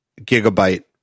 gigabyte